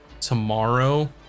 tomorrow